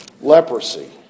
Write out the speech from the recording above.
leprosy